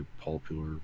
popular